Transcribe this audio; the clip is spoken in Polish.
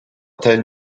ten